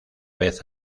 vez